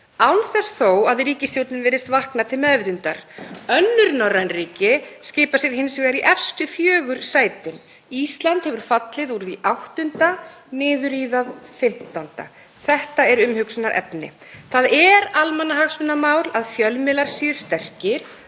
án þess þó að ríkisstjórnin virðist vakna til meðvitundar. Önnur norræn ríki skipa sér hins vegar í efstu fjögur sætin. Ísland hefur fallið úr því 8. niður í það 15. Þetta er umhugsunarefni. Það er almannahagsmunamál að fjölmiðlar séu sterkir,